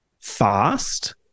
fast